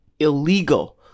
illegal